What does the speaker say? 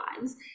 lives